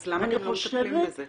אז למה אתם לא מתנגדים לזה?